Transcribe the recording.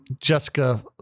Jessica